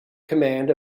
command